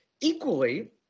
Equally